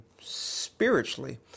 spiritually